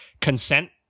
consent